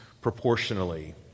proportionally